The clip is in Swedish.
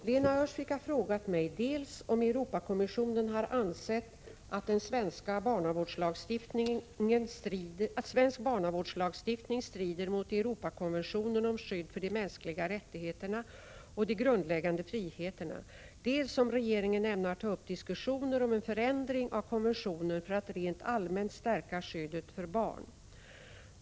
Herr talman! Lena Öhrsvik har frågat mig dels om Europakommissionen har ansett att svensk barnavårdslagstiftning strider mot Europakonventionen om skydd för de mänskliga rättigheterna och de grundläggande friheterna, dels om regeringen ämnar ta upp diskussioner om en förändring av konventionen för att rent allmänt stärka skyddet för barn.